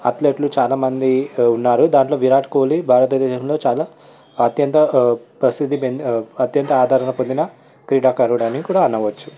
అథ్లెట్లు చాలా మంది ఉన్నారు దాంట్లో విరాట్ కోహ్లీ భారతదేశంలో చాలా అత్యంత ప్రసిద్ధి అత్యంత ఆదరణ పొందిన క్రీడాకారుడు అని కూడా అనవచ్చు